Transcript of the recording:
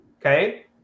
Okay